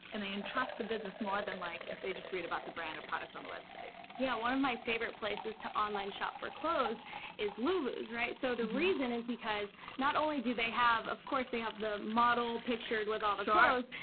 and they and trust the business more than like if they just read about the brand or product on the website. yeah, one of my favorite places to online shop for clothes is lulus, right? so the reason is because not only do they have, of course, they have the model pictured with all the clothes,